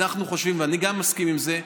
אנחנו חושבים, וגם אני מסכים לזה,